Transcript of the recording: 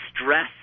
stress